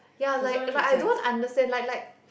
ya like like I don't understand like like